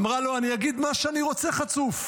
אמרה לו: אני אגיד מה שאני רוצה, חצוף,